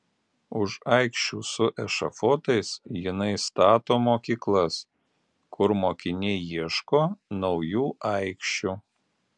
už aikščių su ešafotais jinai stato mokyklas kur mokiniai ieško naujų aikščių